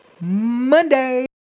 Monday